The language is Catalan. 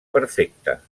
perfecta